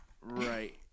Right